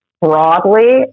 broadly